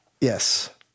Yes